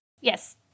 Yes